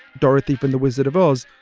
dorothy from the wizard of oz,